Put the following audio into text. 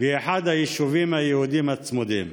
באחד היישובים היהודיים הצמודים.